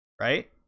right